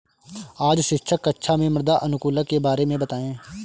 आज शिक्षक कक्षा में मृदा अनुकूलक के बारे में बताएं